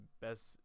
best